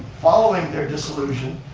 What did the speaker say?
following their dissolution,